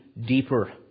deeper